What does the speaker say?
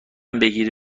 بگیری